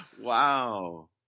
Wow